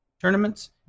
tournaments